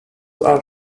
are